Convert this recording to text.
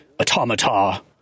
automata